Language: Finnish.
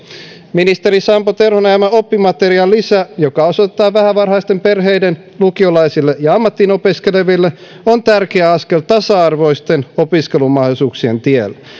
ministeri sampo terhon ajama oppimateriaalilisä joka osoitetaan vähävaraisten perheiden lukiolaisille ja ammattiin opiskeleville on tärkeä askel tasa arvoisten opiskelumahdollisuuksien tiellä